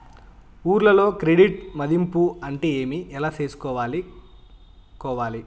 ఊర్లలో క్రెడిట్ మధింపు అంటే ఏమి? ఎలా చేసుకోవాలి కోవాలి?